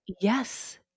Yes